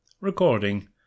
Recording